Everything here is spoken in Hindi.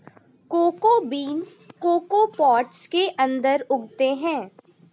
कोको बीन्स कोको पॉट्स के अंदर उगते हैं